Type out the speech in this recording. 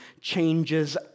changes